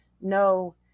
no